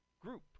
group